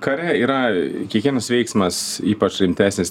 kare yra kiekvienas veiksmas ypač rimtesnis